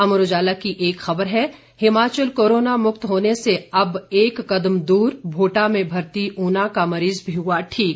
अमर उजाला की एक खबर है हिमाचल कोरोना मुक्त होने से अब एक कदम दूर भेटा में भर्ती ऊना का मरीज भी हुआ ठीक